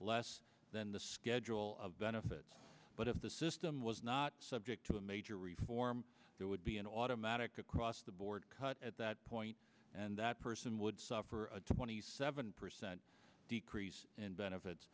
less than the schedule of benefits but if the system was not subject to a major reform there would be an automatic across the board cut at that point and that person would suffer a twenty seven percent decrease in benefits